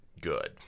good